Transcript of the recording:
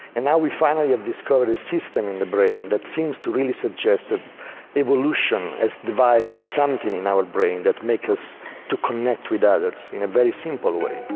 and now we finally have this coded system in the brain that seems to really suggest that evolution has devised something in our brain that makes us to connect with others in a very simple way.